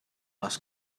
les